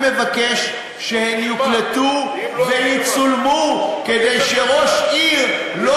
אני מבקש שיוקלטו ויצולמו כדי שראש עיר לא